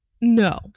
No